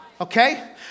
Okay